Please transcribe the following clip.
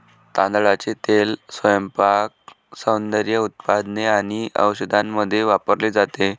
तांदळाचे तेल स्वयंपाक, सौंदर्य उत्पादने आणि औषधांमध्ये वापरले जाते